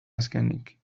azkenik